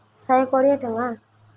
ଶହେ କୋଡ଼ିଏ ଟଙ୍କା